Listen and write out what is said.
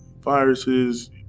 viruses